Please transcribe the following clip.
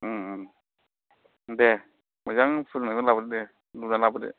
दे मोजां फुदुंनानै लाबोदो दे लुना लाबोदो